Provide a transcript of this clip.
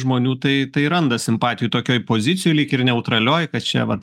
žmonių tai tai randa simpatijų tokioj pozicijoj lyg ir neutralioj kad čia vat